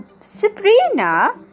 Sabrina